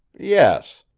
yes.